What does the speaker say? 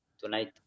Tonight